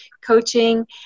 coaching